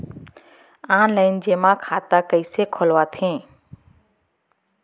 Online जेमा खाता कइसे खोलवाथे?